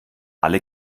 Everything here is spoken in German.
alle